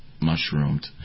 mushroomed